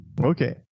Okay